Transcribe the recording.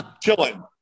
chilling